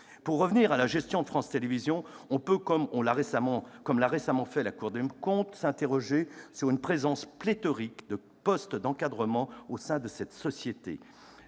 Pour en revenir à la gestion de France Télévisions, on peut, comme l'a récemment fait la Cour des comptes, s'interroger sur une présence pléthorique des postes d'encadrement au sein de cette société.